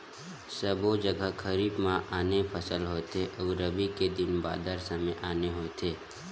सबो जघा खरीफ म आने फसल होथे अउ रबी के दिन बादर समे आने होथे